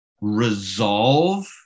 resolve